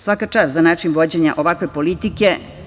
Svaka čas za način vođenja ovakve politike.